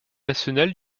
nationale